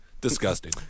disgusting